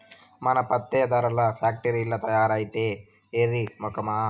మన పత్తే దారాల్ల ఫాక్టరీల్ల తయారైద్దే ఎర్రి మొకమా